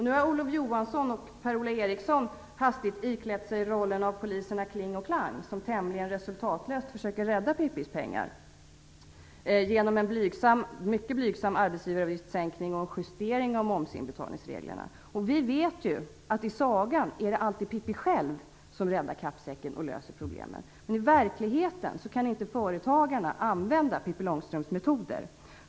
Nu har Olof Johansson och Per-Ola Eriksson hastigt iklätt sig rollen som poliserna Kling och Klang, som tämligen resultatlöst försöker att rädda Pippis pengar genom en mycket blygsam arbetsgivaravgiftssänkning och justering av momsinbetalningsreglerna. Vi vet att det i sagan alltid är Pippi själv som räddar kappsäcken och löser problemen. I verkligheten kan inte företagarna använda Pippi Långstrumps metoder.